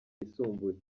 yisumbuye